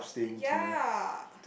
ya